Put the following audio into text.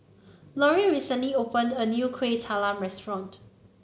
Lorri recently opened a new Kuih Talam restaurant